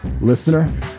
listener